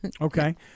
Okay